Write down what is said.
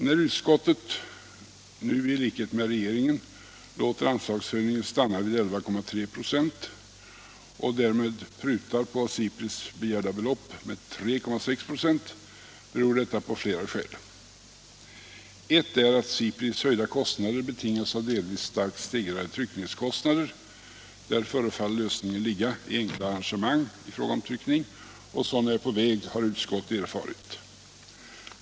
När utskottet nu i likhet med regeringen låter anslagshöjningen stanna vid 11,3 96 och därmed prutar på det av SIPRI begärda beloppet med 3,6 96 är detta av flera skäl. Ett skäl är att SIPRI:s höjda kostnader delvis betingas av starkt stegrade tryckningskostnader. Där förefaller lösningen ligga i enkla arrangemang i fråga om tryckning. Och sådana är på väg, har utskottet erfarit.